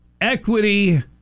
Equity